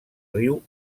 riu